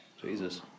Jesus